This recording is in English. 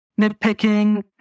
nitpicking